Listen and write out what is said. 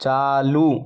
चालू